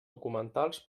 documentals